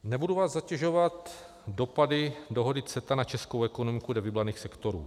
Nebudu vás zatěžovat dopady dohody CETA na českou ekonomiku dle vybraných sektorů.